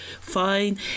fine